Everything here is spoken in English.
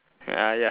ya ya